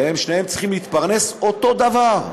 והם שניהם צריכים להתפרנס אותו דבר.